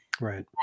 Right